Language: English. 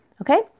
okay